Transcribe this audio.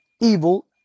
evil